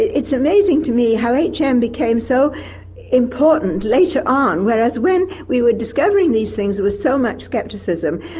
it's amazing to me how hm yeah um became so important later on, whereas when we were discovering these things there was so much scepticism,